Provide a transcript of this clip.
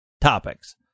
topics